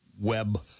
web